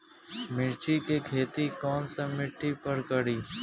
मिर्ची के खेती कौन सा मिट्टी पर करी?